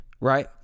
right